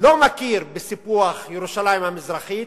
לא מכיר בסיפוח ירושלים המזרחית,